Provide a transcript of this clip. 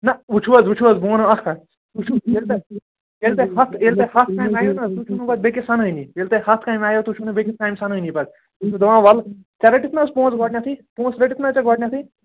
نہٕ وُچھو حظ وُچھو حظ بہٕ وَنَو اکھ کَتھ وُچھو ییٚلہِ تۄہہِ ییٚلہِ تۄہہِ ہَتھ ییٚلہِ تۄہہِ ہَتھ کامہِ آیوٕ نا تُہۍ چھُو نہٕ پتہٕ بیٚیِس سَنٲنی ییٚلہِ تۄہہِ ہَتھ کامہِ آیِوٕ تُہۍ چھُو نہٕ بیٚیِس کامہِ سَنٲنی پتہٕ تُہۍ چھُو دپان وۅلہٕ ژےٚ رٔٹِتھ نا حظ پۄنٛسہٕ گۄڈٕنیٚتھٕے پۄنٛسہٕ رٔٹِتھ نا حظ ژےٚ گۄڈنیٚتھٕے